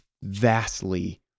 vastly